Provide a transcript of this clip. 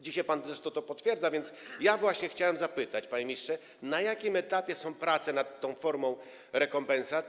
Dzisiaj pan to zresztą potwierdza, więc ja chciałem zapytać, panie ministrze, na jakim etapie są prace nad tą formą rekompensat.